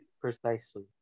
Precisely